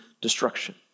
destruction